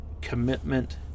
commitment